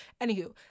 anywho